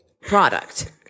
product